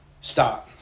stop